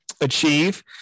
achieve